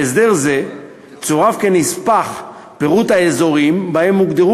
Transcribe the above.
להסדר זה צורף כנספח פירוט האזורים שבהם הוגדרו